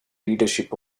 leadership